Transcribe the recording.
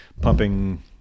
pumping